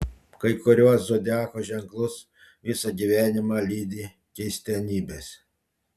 kai kuriuos zodiako ženklus visą gyvenimą lydi keistenybės